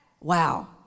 Wow